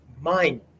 mind